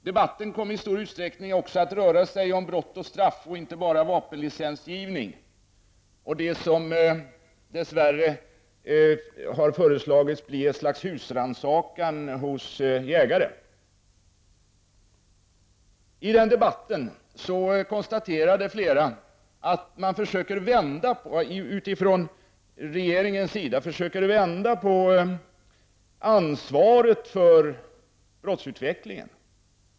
Debatten rörde sig inte bara om vapenlicensgivande och det som dess värre har föreslagits att bli ett slags husrannsakan hos jägare, utan också i stor utsträckning om brott och straff. Flera konstaterade att man från regeringens sida försöker vända på ansvaret för brottsutvecklingen.